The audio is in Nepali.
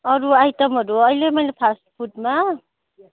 अरू आइटमहरू अहिले मैले फास्टफुडमा